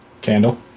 candle